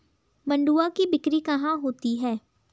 मंडुआ की बिक्री कहाँ होती है?